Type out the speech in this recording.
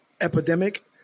epidemic